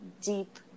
deep